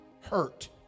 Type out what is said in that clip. hurt